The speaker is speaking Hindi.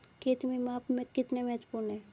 खेत में माप कितना महत्वपूर्ण है?